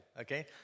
okay